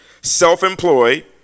self-employed